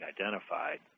identified